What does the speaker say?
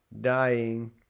dying